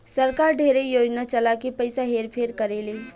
सरकार ढेरे योजना चला के पइसा हेर फेर करेले